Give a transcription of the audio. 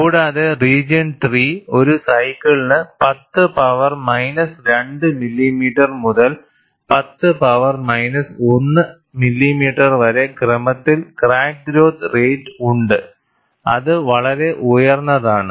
കൂടാതെ റീജിയൺ 3 ഒരു സൈക്കിളിന് 10 പവർ മൈനസ് 2 മില്ലിമീറ്റർ മുതൽ 10 പവർ മൈനസ് 1 മില്ലിമീറ്റർ വരെ ക്രമത്തിൽ ക്രാക്ക് ഗ്രോത്ത് റേറ്റ് ഉണ്ട് അത് വളരെ ഉയർന്നതാണ്